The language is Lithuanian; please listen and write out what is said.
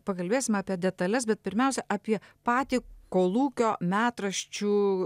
pakalbėsim apie detales bet pirmiausia apie patį kolūkio metraščių